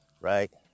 right